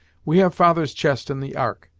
we have father's chest in the ark,